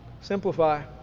Simplify